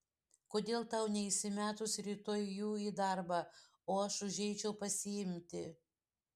kodėl tau neįsimetus rytoj jų į darbą o aš užeičiau pasiimti